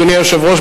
אדוני היושב-ראש,